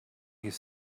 his